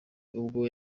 ubwo